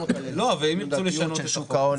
לא, אבל אם ירצו לשנות את החוק?